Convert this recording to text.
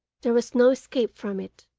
there was no escape from it.